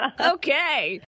Okay